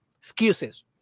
Excuses